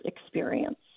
experience